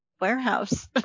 warehouse